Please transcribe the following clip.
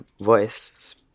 voice